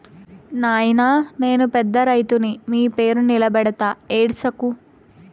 నాయినా నేను పెద్ద రైతుని మీ పేరు నిలబెడతా ఏడ్సకు